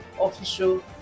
official